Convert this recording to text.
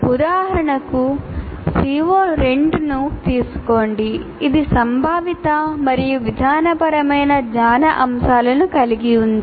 ఉదాహరణకు CO2 ను తీసుకోండి ఇది సంభావిత మరియు విధానపరమైన జ్ఞాన అంశాలను కలిగి ఉంది